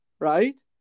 right